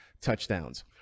touchdowns